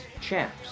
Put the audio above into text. Champs